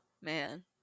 Man